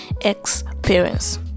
experience